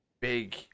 big